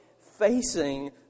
facing